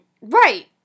Right